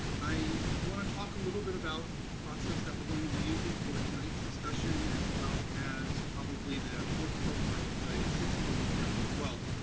i wanna talk a little bit about the process that we're going to be using for tonight's discussion, as well as probably the fourth, or the the sixth public hearing as well.